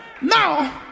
Now